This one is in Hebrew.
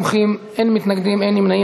29 תומכים, אין מתנגדים ואין נמנעים.